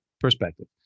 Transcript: perspective